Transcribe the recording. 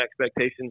expectations